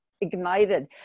ignited